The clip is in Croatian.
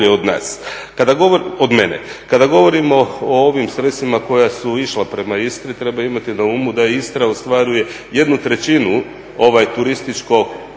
od mene. Kada govorimo o ovim sredstvima koja su išla prema Istri, treba imati na umu da Istra ostvaruje jednu trećinu turističkog